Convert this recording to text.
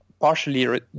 partially